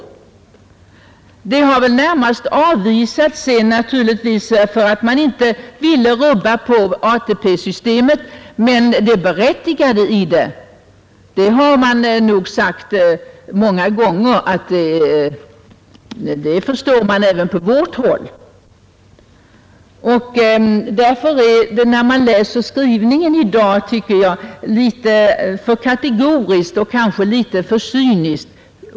Denna tanke har sedan väl närmast avvisats, naturligtvis för att man inte ville rubba på ATP-systemet, men man har även på vårt håll många gånger sagt att man förstår det berättigade i förslaget. Därför är skrivningen i dag litet för kategorisk och kanske litet för cynisk.